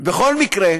בכל מקרה,